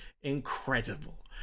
incredible